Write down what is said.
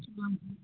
हजुर